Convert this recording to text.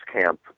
camp